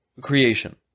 creation